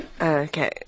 Okay